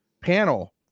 panel